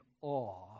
awe